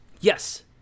Yes